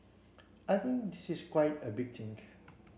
I think this is quite a big think